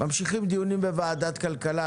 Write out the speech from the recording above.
אנחנו ממשיכים את הדיונים בוועדת הכלכלה.